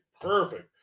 Perfect